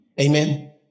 amen